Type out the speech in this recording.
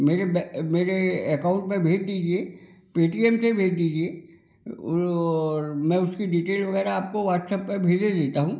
मेरे ब मेरे एकाउंट में भेज दीजिये पेटीएम से भेज दीजिए और मैं उसकी डिटेल वगैरह आपको व्हाट्सएप्प पर भेजे देता हूँ